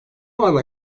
ana